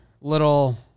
little